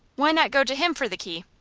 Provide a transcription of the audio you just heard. why not go to him for the key?